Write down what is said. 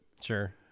Sure